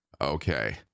Okay